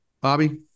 Bobby